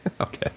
Okay